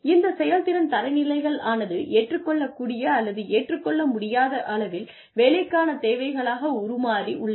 இந்த செயல்திறன் தரநிலைகள் ஆனது ஏற்றுக்கொள்ளக்கூடிய அல்லது ஏற்றுக்கொள்ள முடியாத அளவில் வேலைக்கான தேவைகளாக உருமாறி உள்ளன